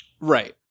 Right